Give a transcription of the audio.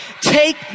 take